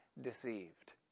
deceived